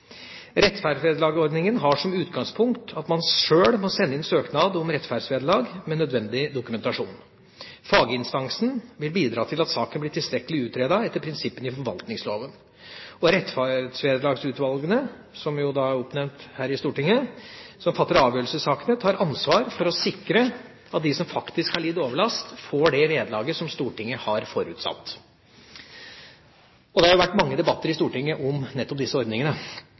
har som utgangspunkt at man sjøl må sende inn søknad om rettferdsvederlag, med nødvendig dokumentasjon. Faginstansen vil bidra til at saken blir tilstrekkelig utredet etter prinsippene i forvaltningsloven. Rettferdsvederlagsutvalgene – som er oppnevnt av Stortinget – som fatter avgjørelse i sakene, tar ansvaret for å sikre at de som faktisk har lidd overlast, får det vederlaget som Stortinget har forutsatt. Det har vært mange debatter i Stortinget om disse ordningene.